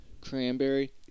cranberry